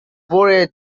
times